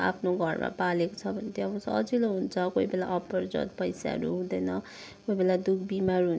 आफ्नो घरमा पालेको छ भने चाहिँ अब सजिलो हुन्छ कोही बेला अपरझट पैसाहरू हुँदेन कोही बेला दुःख बिमार हुन्छ